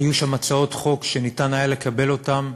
היו שם הצעות חוק שניתן היה לקבל אותן,